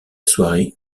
soirée